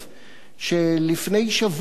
כשלפני שבוע הממשלה,